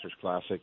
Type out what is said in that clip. Classic